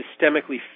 systemically